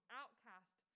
outcast